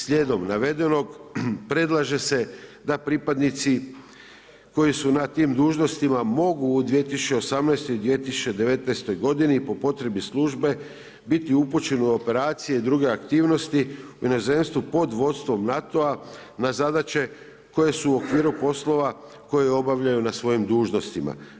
Slijedom navedenog predlaže se da pripadnici koji su na tim dužnostima mogu u 2018. i 2019. godini po potrebi službe biti upućeni u operacije i druge aktivnosti u inozemstvu pod vodstvom NATO-a na zadaće koje su u okviru poslova koje obavljaju na svojim dužnostima.